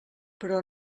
però